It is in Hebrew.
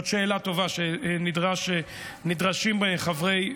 זאת שאלה טובה שנדרשים לה חברי,